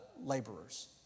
laborers